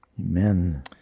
Amen